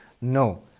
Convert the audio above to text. No